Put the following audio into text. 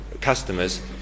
customers